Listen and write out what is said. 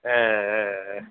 ஆ ஆ ஆ